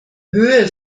höhe